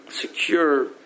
secure